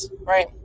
right